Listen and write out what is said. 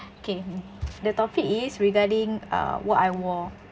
okay the topic is regarding uh what I wore